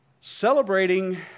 Celebrating